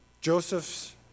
Joseph's